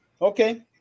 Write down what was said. okay